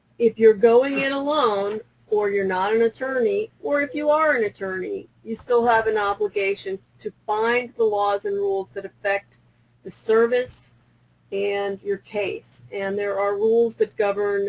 if you're going in alone or you're not an attorney, or if you are an attorney, you still have an obligation to find the laws and rules that affect the service and your case. and there are rules that govern